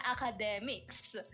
academics